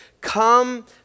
come